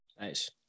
Nice